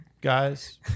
guys